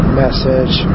message